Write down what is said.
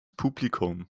publikum